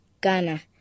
Ghana